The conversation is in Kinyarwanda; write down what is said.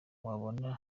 wabana